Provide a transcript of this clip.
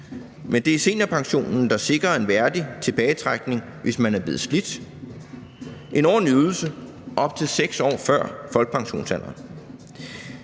Men det er seniorpensionen, der sikrer en værdig tilbagetrækning, hvis man er blevet nedslidt – en ordentlig ydelse op til 6 år før folkepensionsalderen.